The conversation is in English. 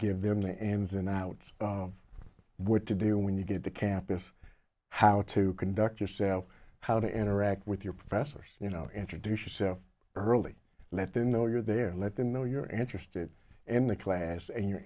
give them the ins and outs of what to do when you get the campus how to conduct yourself how to interact with your professors you know introduce yourself early let them know you're there let them know you're interested in the class and you're